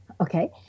Okay